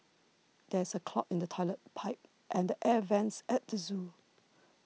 there is a clog in the Toilet Pipe and the Air Vents at the zoo